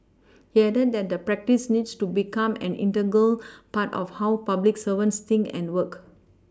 he added that the practice needs to become an integral part of how public servants think and work